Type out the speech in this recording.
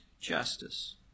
justice